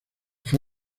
fue